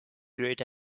great